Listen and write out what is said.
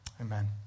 Amen